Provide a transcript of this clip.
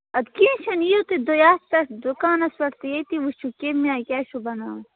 اَدٕ کیٚنٛہہ چھُنہٕ یِیِو تُہۍ یہِ آسہِ تتھ دُکانَس پٮ۪ٹھ تہٕ ییٚتی وُچھِو کَمہِ آیہِ کیٛاہ چھُ بَناوُن